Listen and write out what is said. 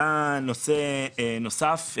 עלה נושא נוסף.